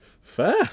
fair